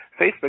Facebook